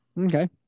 Okay